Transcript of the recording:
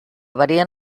varien